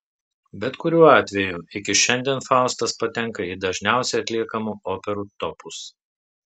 bet kuriuo atveju iki šiandien faustas patenka į dažniausiai atliekamų operų topus